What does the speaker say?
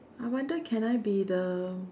I wonder can I be the